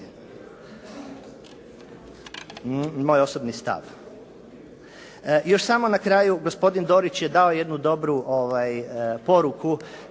moj osobni stav. Još samo na kraju, gospodin Dorić je dao jednu dobru poruku.